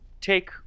take